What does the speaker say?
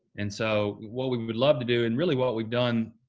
and so, what we would love to do, and really what we've done,